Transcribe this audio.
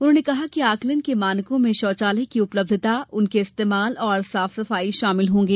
उन्होंने कहा कि आकलन के मानकों में शोचालय की उपलब्धता उनके इस्तमाल और साफ सफाई शामिल होंगे